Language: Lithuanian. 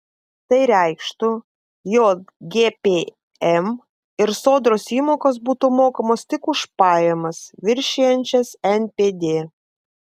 tai reikštų jog gpm ir sodros įmokos būtų mokamos tik už pajamas viršijančias npd